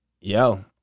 Yo